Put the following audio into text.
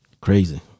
crazy